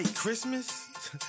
Christmas